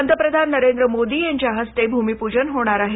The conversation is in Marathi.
पंतप्रधान नरेंद्र मोदी यांच्या हस्ते भूमीपूजन होणार आहे